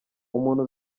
umuntu